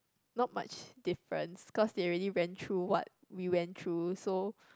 not much difference cause they already went through what we went through so